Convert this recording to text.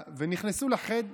מקשיבה.